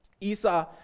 Esau